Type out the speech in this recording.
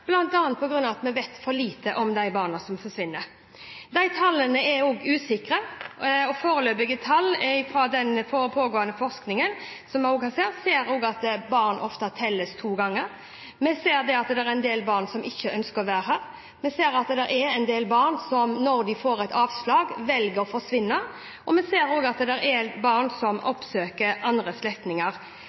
at vi vet for lite om de barna som forsvinner. Tallene er også usikre, og foreløpige tall fra den pågående forskningen viser at barna ofte telles to ganger. Vi ser at det er en del barn som ikke ønsker å være her. Vi ser at det er en del barn som når de får et avslag, velger å forsvinne, og vi ser også at det er barn som oppsøker andre